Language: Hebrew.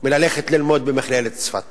מללכת ללמוד במכללת צפת